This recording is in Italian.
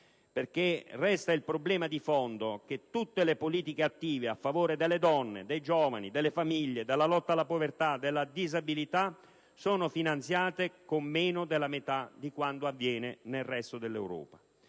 la questione di fondo che tutte le politiche attive a favore delle donne, dei giovani, delle famiglie, della lotta alla povertà e della disabilità sono finanziate con meno della metà di quanto avviene nel resto dell'Europa.